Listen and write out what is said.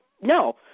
no